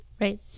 Right